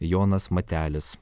jonas matelis